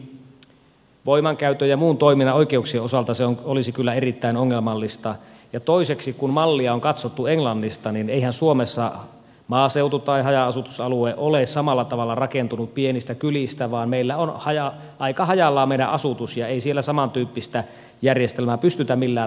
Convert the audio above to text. ensinnäkin voimankäytön ja muun toiminnan oikeuksien osalta se olisi kyllä erittäin ongelmallista ja toiseksi kun mallia on katsottu englannista eihän suomessa maaseutu tai haja asutusalue ole samalla tavalla rakentunut pienistä kylistä vaan meillä on aika hajallaan meidän asutus ja ei siellä samantyyppistä järjestelmää pystytä millään rakentamaan